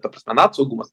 ta prasme nato saugumas